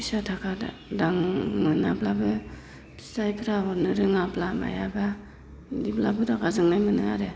फैसा थाखा दांनो मोनाब्लाबो फिसायफ्रा हरनो रोङाब्ला मायाब्ला बिदिब्लाबो रागा जोंनाय मोनो आरो